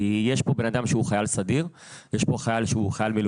יש כאן בן אדם שהוא חייל סדיר ויש כאן חייל מילואים.